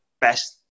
best